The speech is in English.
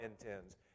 intends